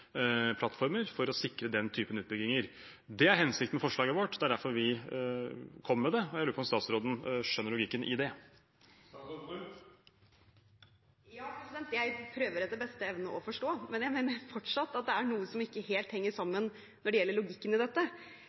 plattformer – for å sikre den typen utbygginger. Det er hensikten med forslaget vårt. Det er derfor vi kom med det. Jeg lurer på om statsråden skjønner logikken i det. Ja, jeg prøver etter beste evne å forstå, men jeg mener fortsatt at det er noe som ikke helt henger sammen når det gjelder logikken i dette.